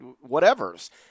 whatever's